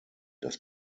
dass